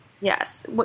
Yes